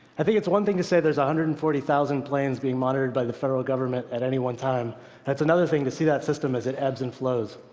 i think it's one thing to say there's one hundred and forty thousand planes being monitored by the federal government at any one time, and it's another thing to see that system as it ebbs and flows.